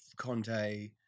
Conte